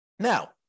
Now